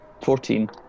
Fourteen